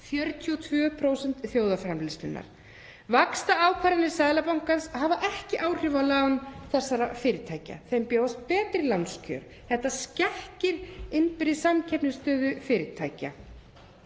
42% þjóðarframleiðslunnar. Vaxtaákvarðanir Seðlabankans hafa ekki áhrif á lán þessara fyrirtækja. Þeim bjóðast betri lánskjör. Þetta skekkir innbyrðis samkeppnisstöðu fyrirtækja.